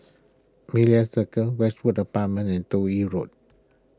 Media Circle Westwood Apartments and Toh Yi Road